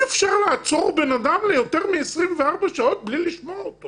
אפשר לעצור בן אדם ליותר מ-24 שעות בלי לשמוע אותו